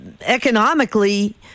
economically